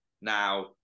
Now